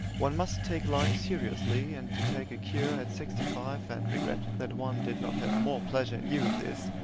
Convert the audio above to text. one must take life seriously, and to take a cure at sixty-five and regret that one did not have more pleasure in youth is,